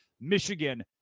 Michigan